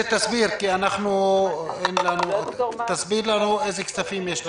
תסביר לי איזה כספים יש לכם.